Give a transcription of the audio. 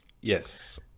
Yes